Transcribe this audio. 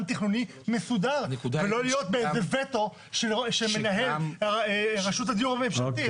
תכנוני מסודר ולא להיות באיזה וטו שמנהל רשות הדיור הממשלתי.